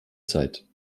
zeit